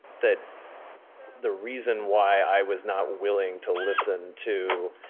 that the reason why i was not willing to listen to